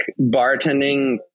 bartending